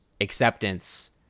acceptance